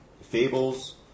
Fables